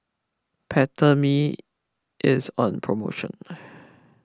Peptamen is on promotion